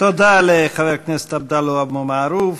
תודה לחבר הכנסת עבדאללה אבו מערוף.